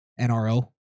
NRO